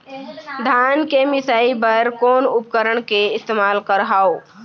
धान के मिसाई बर कोन उपकरण के इस्तेमाल करहव?